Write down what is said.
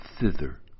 thither